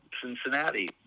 Cincinnati